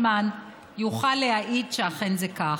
יוכל להעיד שאכן זה כך.